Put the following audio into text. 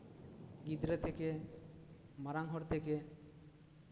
ᱜᱤᱫᱽᱨᱟᱹ ᱛᱷᱮᱠᱮ ᱢᱟᱲᱟᱝ ᱦᱚᱲ ᱛᱷᱮᱠᱮ